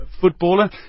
footballer